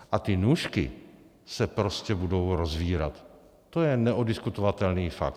A ty nůžky se prostě budou rozvírat, to je neoddiskutovatelný fakt.